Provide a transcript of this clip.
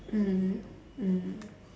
mmhmm mm